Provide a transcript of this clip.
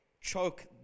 choke